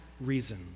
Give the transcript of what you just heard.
reason